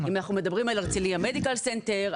אם אנחנו מדברים על הרצליה מדיקל סנטר,